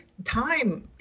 Time